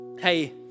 Hey